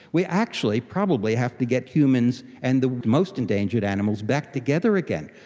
we actually probably have to get humans and the most endangered animals back together again.